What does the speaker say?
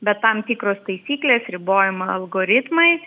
bet tam tikros taisyklės ribojama algoritmai